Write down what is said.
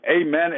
amen